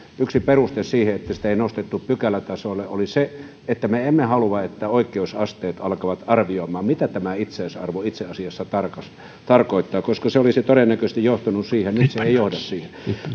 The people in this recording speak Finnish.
yksi peruste siihen että sitä ei nostettu pykälätasolle oli se että me emme halua että oikeusasteet alkavat arvioimaan mitä tämä itseisarvo itse asiassa tarkoittaa tarkoittaa koska se olisi todennäköisesti johtanut siihen nyt se ei johda siihen